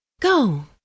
go